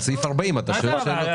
על סעיף 40. אתה שואל שאלות אחרות.